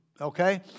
okay